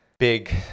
big